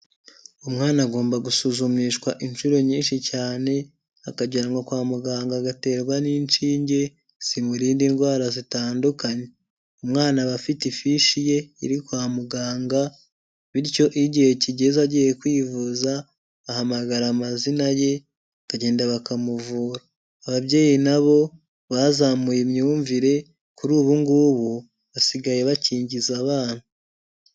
Umwana agomba gusuzumishwa inshuro nyinshi cyane akajyanwa kwa muganga agaterwa n'inshinge zimurinda indwara zitandukanye, umwana aba afite ifishi ye iri kwa muganga bityo iyo igihe kigeze agiye kwivuza bahamagara amazina ye akagenda bakamuvura, ababyeyi na bo bazamuye imyumvire kuri ubu ngubu basigaye bakingiza abana.